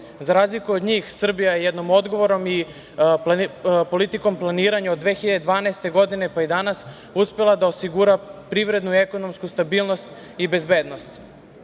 razliku od njih Srbija je jednom odgovornom i politikom planiranja od 2012. godine, pa i danas, uspela da osigura privrednu i ekonomsku stabilnost i bezbednost.